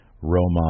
Roman